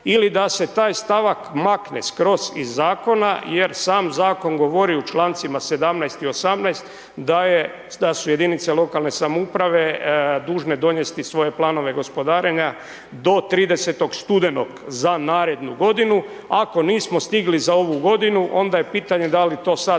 ili da se taj stavak makne skroz iz Zakona jer sam Zakon govori u čl. 17. i 18. da su jedinice lokalne samouprave dužne donesti svoje planove gospodarenja do 30. studenog za narednu godinu. Ako nismo stigli za ovu godinu, onda je pitanje da li to sad